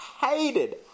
hated